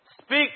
Speak